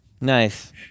Nice